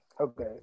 Okay